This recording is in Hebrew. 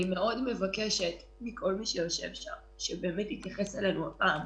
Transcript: אני מאוד מבקשת מכל מי שיושב שם שיתייחס אלינו הפעם.